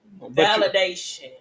validation